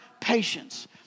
patience